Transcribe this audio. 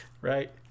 Right